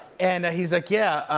and he's like, yeah.